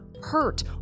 hurt